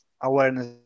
awareness